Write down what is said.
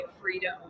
freedom